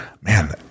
man